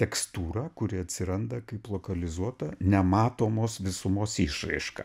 tekstūrą kuri atsiranda kaip lokalizuota nematomos visumos išraiška